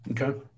Okay